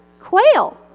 Quail